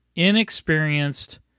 inexperienced